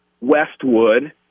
Westwood